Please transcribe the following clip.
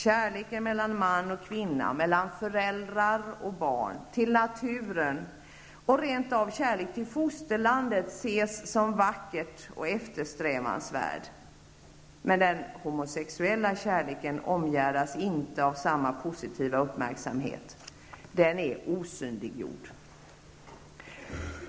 Kärlek mellan man och kvinna, mellan föräldrar och barn, till naturen och rent av kärlek till fosterlandet ses som vacker och eftersträvansvärd. Men den homosexuella kärleken omgärdas inte av samma positiva uppmärksamhet. Den är osynliggjord.